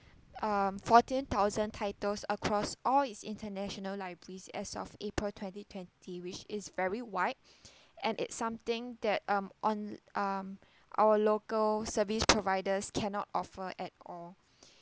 um fourteen thousand titles across all its international libraries as of april twenty twenty which is very wide and it's something that um on um our local service providers cannot offer at all